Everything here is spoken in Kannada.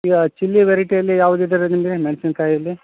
ಈಗ ಚಿಲ್ಲಿ ವೆರೈಟಿಯಲ್ಲಿ ಯಾವ್ದು ಇದೆ ರೀ ನಿಮಗೆ ಮೆಣ್ಸಿನಕಾಯಲ್ಲಿ